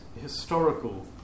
historical